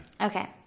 Okay